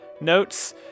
notes